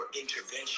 intervention